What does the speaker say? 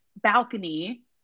balcony